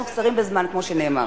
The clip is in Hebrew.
אנחנו קצרים בזמן, כמו שנאמר.